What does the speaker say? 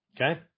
Okay